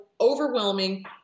overwhelming